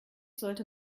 sollte